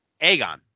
aegon